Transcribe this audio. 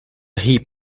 heap